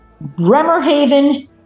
Bremerhaven